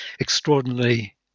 extraordinarily